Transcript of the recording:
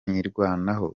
nirwanaho